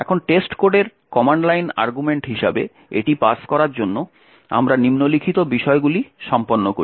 এখন টেস্টকোডের command line argument হিসাবে এটি পাস করার জন্য আমরা নিম্নলিখিত বিষয়গুলি সম্পন্ন করি